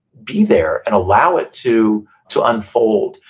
be there, and allow it to to unfold,